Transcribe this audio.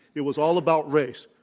it was all about race.